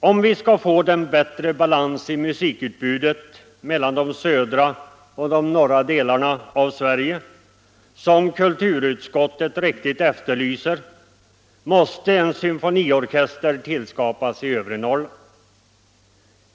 Om vi skall få den bättre balans i musikutbudet mellan de södra och de norra delarna av Sverige som kulturutskottet så riktigt efterlyser, måste en symfoniorkester tillskapas i övre Norrland.